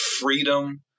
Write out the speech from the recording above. freedom